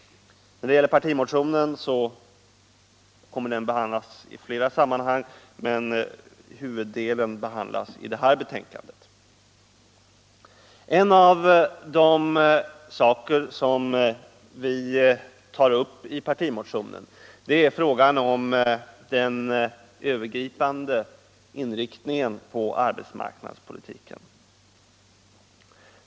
Partimotionen kommer att behandlas i flera sammanhang, men huvuddelen av den behandlas i det här betänkandet. En av de saker som vi tar upp i partimotionen är den övergripande inriktningen på arbetsmarknadspolitiken.